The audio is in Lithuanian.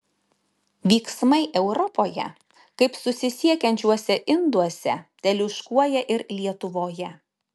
vyksmai europoje kaip susisiekiančiuose induose teliūškuoja ir lietuvoje